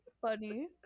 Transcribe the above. funny